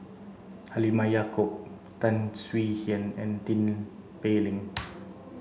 Halimah Yacob Tan Swie Hian and Tin Pei Ling